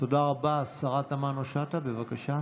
תודה רבה, השרה תמנו שטה, בבקשה.